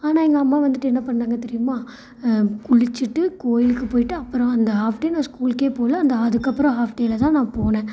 ஆனால் எங்கள் அம்மா வந்துவிட்டு என்ன பண்ணாங்க தெரியுமா குளிச்சுட்டு கோவிலுக்கு போய்ட்டு அப்புறம் அந்த ஆஃப் டே நான் ஸ்கூலுக்கே போகல அந்த அதுக்கு அப்புறம் அந்த ஆஃப் டேவில் தான் நான் போனேன்